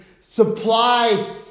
supply